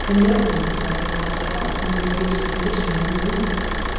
a note may be smuggled out of the house, and may reach the commissioners in lunacy.